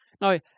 now